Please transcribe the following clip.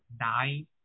nine